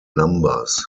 numbers